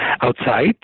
outside